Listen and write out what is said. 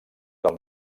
del